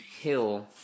Hill